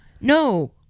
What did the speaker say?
No